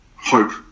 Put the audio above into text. hope